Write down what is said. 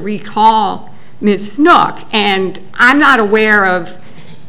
recall and i'm not aware of